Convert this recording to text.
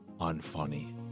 unfunny